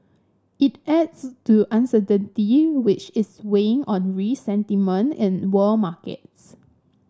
it adds to uncertainty which is weighing on risk sentiment in world markets